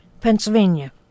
Pennsylvania